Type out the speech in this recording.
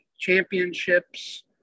championships